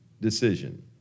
decision